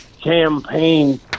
campaign